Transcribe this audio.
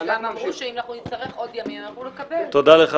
אנחנו נמשיך.